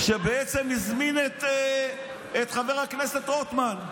שבעצם הזמין את חבר הכנסת רוטמן,